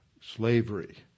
slavery